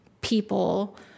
people